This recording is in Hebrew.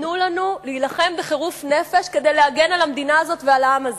תנו לנו להילחם בחירוף נפש כדי להגן על המדינה הזאת ועל העם הזה,